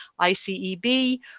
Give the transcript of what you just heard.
ICEB